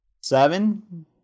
Seven